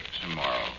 tomorrow